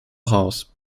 house